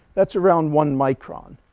that's around one micron.